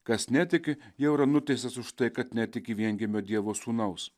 kas netiki jau yra nuteistas už tai kad netiki viengimio dievo sūnaus